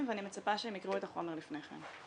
ואני מצפה שהם יקראו את החומר לפני כן,